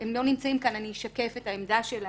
והם לא נמצאים כאן, אני אשקף את העמדה שלהם